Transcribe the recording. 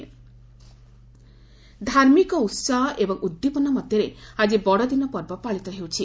Christmas ଧାର୍ମିକ ଉତ୍ସାହ ଏବଂ ଉଦ୍ଦିପନା ମଧ୍ୟରେ ଆଜି ବଡ଼ଦିନ ପର୍ବ ପାଳିତ ହେଉଛି